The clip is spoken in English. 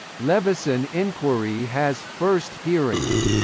leveson inquiry has first hearing.